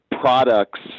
products